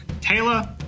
Taylor